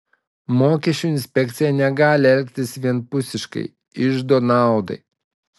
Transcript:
mokesčių inspekcija negali elgtis vienpusiškai iždo naudai